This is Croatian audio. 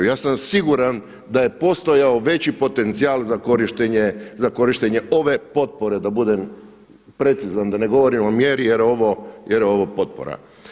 Ja sam siguran da je postojao veći potencijal za korištenje ove potpore da budem precizan da ne govorim o mjeri jer ovo je potpora.